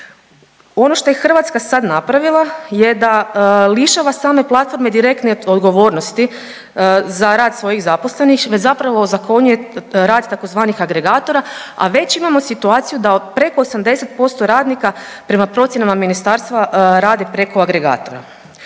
Ono što je Hrvatska sad napravila je da lišava same platforme direktne odgovornosti za rad svojih zaposlenih već zapravo ozakonjuje rad tzv. agregatora, a već imamo situaciju da od preko 80% radnika prema procjenama ministarstva rade preko agregatora.